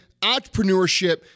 entrepreneurship